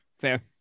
Fair